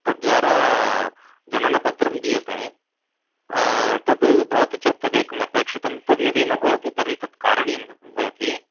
तद्वारा जननपत्रं दीयते तद् भवति चेत् तदेकम् अपेक्षितं तद् यदि न भवति तर्हि तत् कारणीयं ब् भवति